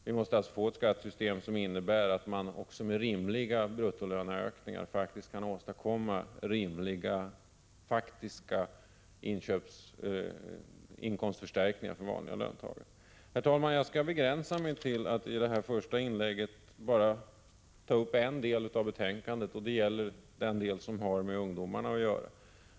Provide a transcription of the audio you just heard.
Vi måste alltså få ett skattesystem som innebär att man också med rimliga bruttolöneökningar kan åstadkomma rimliga faktiska inkomstförstärkningar för vanliga löntagare. Herr talman! Jag skall begränsa mig till att i detta mitt första inlägg bara ta upp en del av betänkandet, nämligen den som har med ungdomarna att göra.